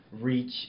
reach